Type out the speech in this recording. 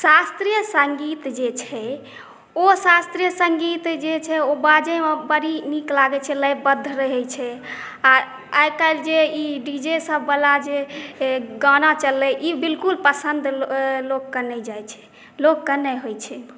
शास्त्रीय संगीत जे छै ओ शास्त्रीय संगीत जे छै ओ बाजैमे बड्ड नीक लागै छै लयबद्ध रहै छै आ आइ काल्हि जे डी जे सब बला जे गाना चललै ई बिलकुल पसन्द लोकके नहि जाइ छै लोकके नहि होइ छै